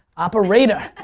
operator.